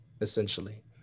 essentially